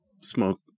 smoke